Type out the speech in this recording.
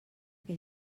que